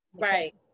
Right